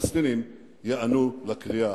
שהפלסטינים ייענו לקריאה.